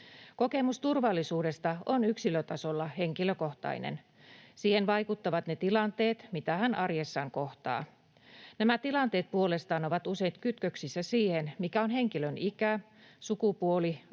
Kokemus turvallisuudesta on yksilötasolla henkilökohtainen. Siihen vaikuttavat ne tilanteet, mitä henkilö arjessaan kohtaa. Nämä tilanteet puolestaan ovat usein kytköksissä siihen, mitä ovat henkilön ikä, sukupuoli,